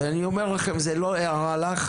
זו לא הערה לך,